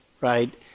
right